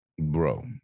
Bro